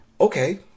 okay